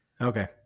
Okay